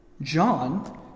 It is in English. John